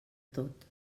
tot